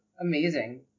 amazing